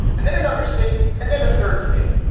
and then another state and then a third state.